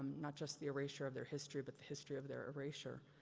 not just the erasure of their history but the history of their erasure.